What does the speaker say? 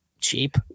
Cheap